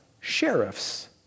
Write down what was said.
sheriffs